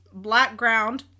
Blackground